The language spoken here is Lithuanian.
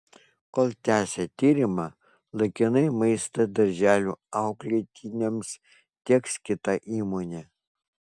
kol tęsia tyrimą laikinai maistą darželių auklėtiniams tieks kita įmonė